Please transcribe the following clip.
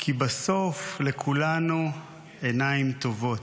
כי בסוף לכולנו עיניים טובות.